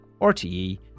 RTE